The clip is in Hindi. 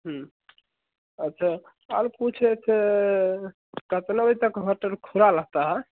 अच्छा और पूछ रहे थे कितना बजे तक होटल खुला रहता है